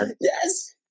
yes